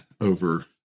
over